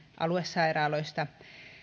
aluesairaaloista